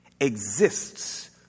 exists